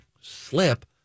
Slip